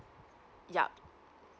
yup